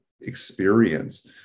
experience